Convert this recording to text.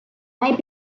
might